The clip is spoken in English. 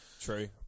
True